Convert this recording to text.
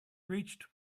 reached